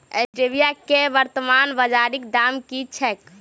Stevia केँ वर्तमान बाजारीक दाम की छैक?